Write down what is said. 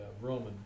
Roman